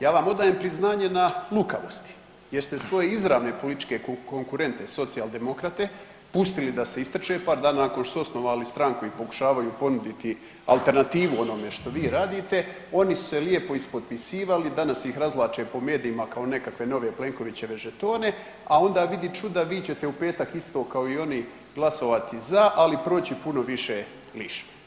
Ja vam odajem priznaje na lukavosti jer ste svoje izravne političke konkurente Socijaldemokrate pustili da se ističe pa da nakon što su osnovali stranku i pokušavaju ponuditi alternativu onome što vi radite oni su se lijepo ispotpisivali, danas ih razvlače po medijima kao nekakve nove Plenkovićeve žetone, a onda vidi čuda vi ćete u petak isto kao i oni glasovati za ali proći puno više bliže.